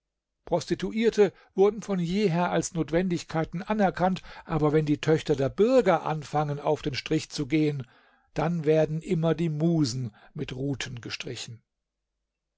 prostituierte wurden von jeher als notwendigkeiten anerkannt aber wenn die töchter der bürger anfangen auf den strich zu gehen dann werden immer die musen mit ruten gestrichen